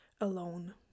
alone